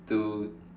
to